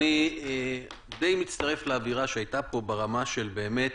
אני די מצטרף לאווירה שהייתה פה ברמה של באמת